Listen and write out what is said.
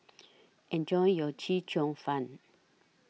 Enjoy your Chee Cheong Fun